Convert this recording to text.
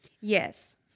Yes